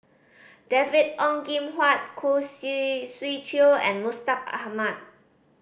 David Ong Kim Huat Khoo Swee Chiow and Mustaq Ahmad